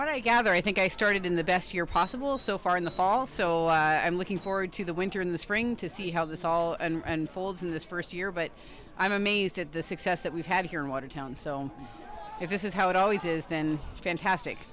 what i gather i think i started in the best year possible so far in the fall so i'm looking forward to the winter in the spring to see how this all and folds in this first year but i'm amazed at the success that we've had here in watertown so if this is how it always is then fantastic